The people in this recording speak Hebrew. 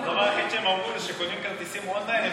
הדבר היחיד שהם אמרו זה שקונים כרטיסים און-ליין.